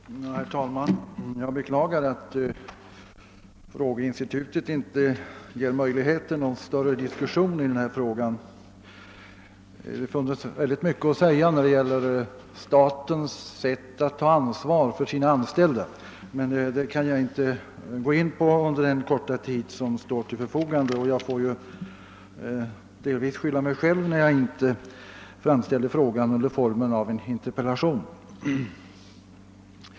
Herr talman! Jag beklagar att frågeinstitutet inte möjliggör någon större diskussion i denna fråga, eftersom det finns oerhört mycket att säga beträffande statens sätt att ta ansvar för sina anställda. Jag kan inte gå in på den saken under den korta tid som står till mitt förfogande och får naturligtvis delvis skylla mig själv härför då jag inte ställde frågan i form av en interpellation.